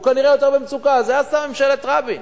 הוא כנראה יותר במצוקה, את זה עשתה ממשלת רבין,